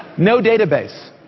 no database.